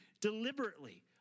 deliberately